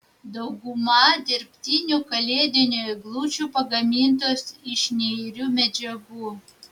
dauguma dirbtinių kalėdinių eglučių pagamintos iš neirių medžiagų